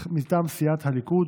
מטעם סיעת הליכוד.